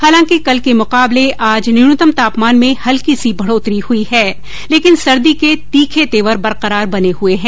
हालांकि कल के मुकाबले आज न्यूनतम तापमान में हल्की सी बढ़ोतरी हई है लेकिन सर्दी के तीखे तेवर बरकरार बने हुए है